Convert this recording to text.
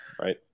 Right